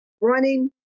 running